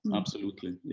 absolutely, yeah.